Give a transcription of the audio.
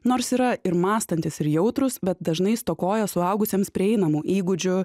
nors yra ir mąstantys ir jautrūs bet dažnai stokoja suaugusiems prieinamų įgūdžių